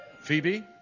Phoebe